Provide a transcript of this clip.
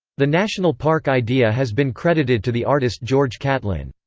the national park idea has been credited to the artist george catlin.